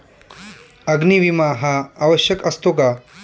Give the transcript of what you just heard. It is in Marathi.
अग्नी विमा हा आवश्यक असतो का?